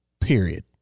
period